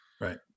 Right